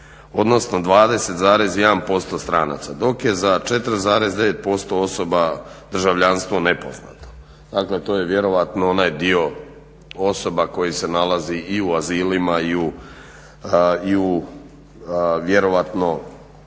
odnosno 20,1% stranaca, dok je za 4,9% osoba državljanstvo nepoznato. Dakle to je vjerojatno onaj dio osoba koji se nalazi i u azilima i u vjerojatno